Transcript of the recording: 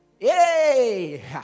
Yay